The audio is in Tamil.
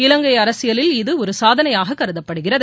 இலங்கை அரசியலில் இது ஒரு சாதனையாக கருதப்படுகிறது